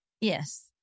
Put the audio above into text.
Yes